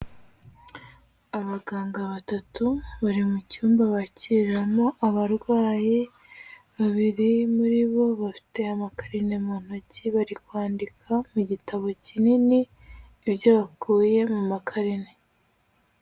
Abaganga batatu bari mu cyumba bakiriramo abarwayi, babiri muri bo bafite amakarine mu ntoki bari kwandika mu gitabo kinini ibyo bakuye mu makarine.